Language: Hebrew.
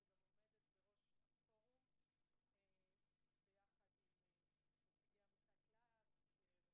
שגם עומדת בראש הפורום ביחד עם נציגי עמותת לה"ב (למען הפגים בישראל),